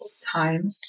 Time